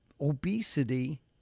obesity